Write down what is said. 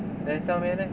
then 下面 leh